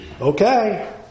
Okay